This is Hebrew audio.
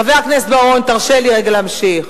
חבר הכנסת בר-און, תרשה לי רגע להמשיך.